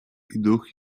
duch